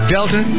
Delta